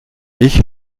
ich